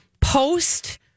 post